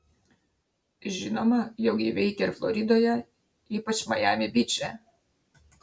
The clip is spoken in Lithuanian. žinoma jog ji veikia ir floridoje ypač majami byče